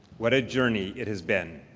what a journey it has been.